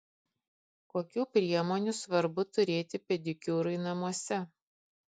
kokių priemonių svarbu turėti pedikiūrui namuose